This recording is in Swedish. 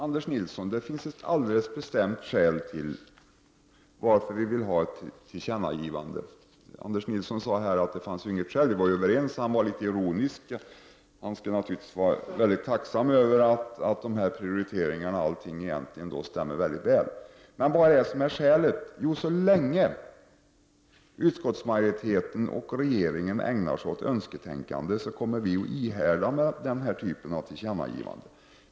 Fru talman! Det finns ett alldeles bestämt skäl till att vi vill att riksdagen skall göra ett tillkännagivande till regeringen. Anders Nilsson sade här att det inte fanns något skäl, eftersom vi var överens. Han var litet ironisk. Han skall naturligtvis vara tacksam över att prioriteringarna och egentligen alltihop stämmer väl överens. Men vilket är då skälet? Jo, så länge regeringen och utskottets majoritet ägnar sig åt önsketänkande kommer vi att framhärda i att kräva denna typ av tillkännagivande.